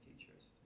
futurist